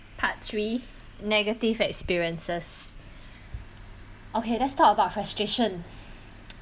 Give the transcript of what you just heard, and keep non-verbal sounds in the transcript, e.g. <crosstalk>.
part three negative experiences okay let's talk about frustration <noise>